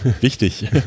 wichtig